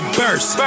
burst